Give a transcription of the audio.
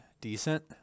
decent